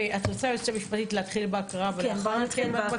היועצת המשפטית, את רוצה להתחיל בהקראת החוק?